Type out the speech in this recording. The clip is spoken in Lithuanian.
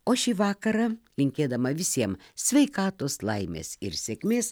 o šį vakarą linkėdama visiem sveikatos laimės ir sėkmės